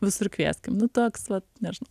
visur kvieskim nu toks vat nežinau